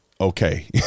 Okay